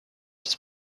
das